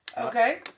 Okay